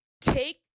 Take